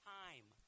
time